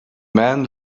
man